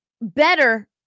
better